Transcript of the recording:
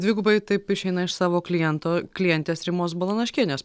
dvigubai taip išeina iš savo kliento klientės rimos balanaškienės